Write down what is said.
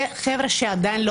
זה חבר'ה שעדיין לא